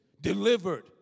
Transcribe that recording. delivered